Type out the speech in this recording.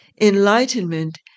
Enlightenment